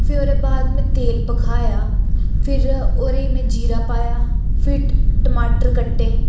फिर ओह्दे बाद में तेल भखाया फिर ओह्दे च में जीरा पाया फिर टमाटर कट्टे